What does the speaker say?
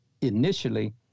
initially